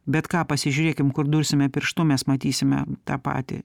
bet ką pasižiūrėkim kur dursime pirštu mes matysime tą patį